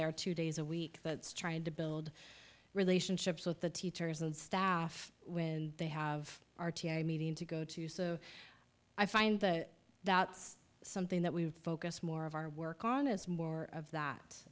there two days a week that's trying to build relationships with the teachers and staff when they have our meeting to go to so i find that that's something that we focus more of our work on is more of that